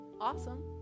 awesome